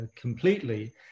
completely